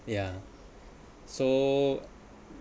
yeah so